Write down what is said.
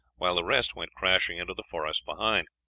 while the rest went crashing into the forest behind.